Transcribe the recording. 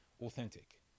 authentic